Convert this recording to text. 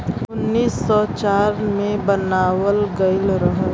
उन्नीस सौ चार मे बनावल गइल रहल